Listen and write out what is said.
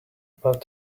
about